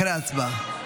אחרי ההצבעה.